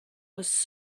was